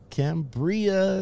cambria